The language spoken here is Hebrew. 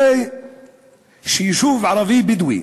הרי יישוב ערבי בדואי,